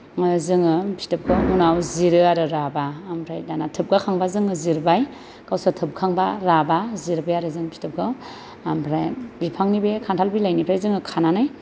जोङो फिथोबखौ उनाव जिरो आरो राबा ओमफ्राय दाना थोबगा खांब्ला जोङो जिरबाय गावसोर थोबखांब्ला राबा जिरबाय आरो जों फिथोबखौ ओमफ्राय बिफांनि बे खान्थाल बिलाइनिफ्राय जोङो खानानै